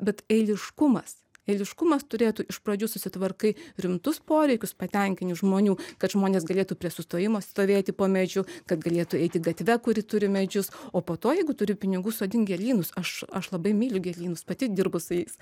bet eiliškumas eiliškumas turėtų iš pradžių susitvarkai rimtus poreikius patenkini žmonių kad žmonės galėtų prie sustojimo stovėti po medžiu kad galėtų eiti gatve kuri turi medžius o po to jeigu turi pinigų sodink gėlynus aš aš labai myliu gėlynus pati dirbu su jais